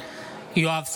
יואב סגלוביץ'